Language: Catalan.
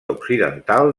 occidental